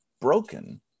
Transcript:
broken